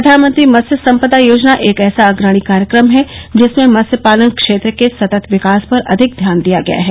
प्रधानमंत्री मत्स्य संपदा योजना एक ऐसा अग्रणी कार्यक्रम है जिसमें मत्स्य पालन क्षेत्र के सतत विकास पर अधिक ध्यान दिया गया है